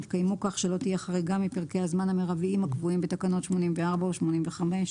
יתקיימו כך שלא תהיה חריגה מפרקי הזמן המרביים הקבועים בתקנות 84 או 85,